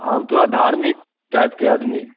हम थोड़ा धार्मिक टाइप के आदमी हैं